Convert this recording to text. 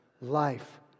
life